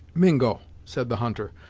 mingo, said the hunter,